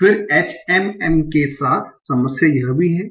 फिर HMM के साथ समस्या यह भी है